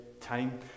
time